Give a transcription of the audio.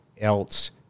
else